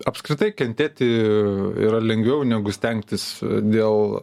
apskritai kentėti yra lengviau negu stengtis dėl